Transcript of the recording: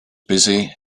busy